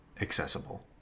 accessible